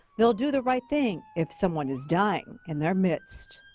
they'll do the right thing if someone is dying in their midst.